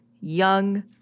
young